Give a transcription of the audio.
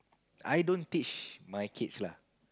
I don't teach my kids lah